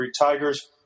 Tigers